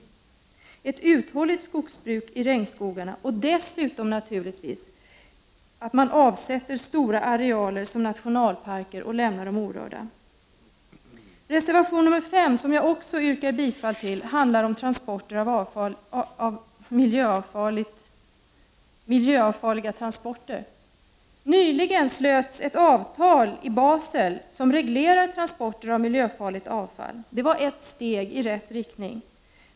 Det handlar om ett uthålligt skogsbruk i regnskogarna, och naturligtvis om att stora arealer avsätts som nationalparker och lämnas orörda. 103 Reservation 5, som jag också yrkar bifall till, handlar om transporter av miljöfarligt gods m.m. Nyligen slöts ett avtali Basel som reglerar transporter av miljöfarligt avfall. Det var ett steg i rätt riktning.